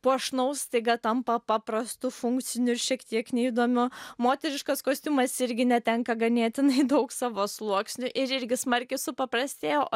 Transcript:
puošnaus staiga tampa paprastu funkciniu ir šiek tiek neįdomiu moteriškas kostiumas irgi netenka ganėtinai daug savo sluoksnių ir irgi smarkiai supaprastėja o